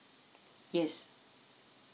yes